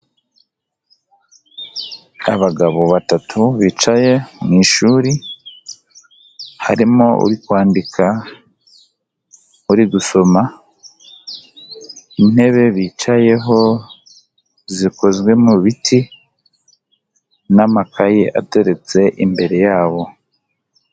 Abagabo batatu bicaye mu ishuri harimo: uri kwandika, uri gusoma, intebe bicayeho zikozwe mu biti n'amakaye ateretse imbere yabo.